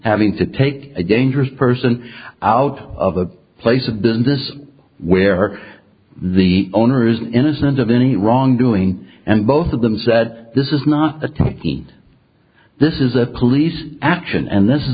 having to take a dangerous person out of a place of business where the owners innocent of any wrongdoing and both of them said this is not the time this is a police action and this